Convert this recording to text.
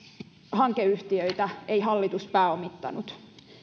hankeyhtiöitä ei hallitus pääomittanut